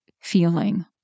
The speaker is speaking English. feeling